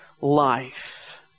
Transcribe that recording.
life